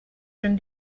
from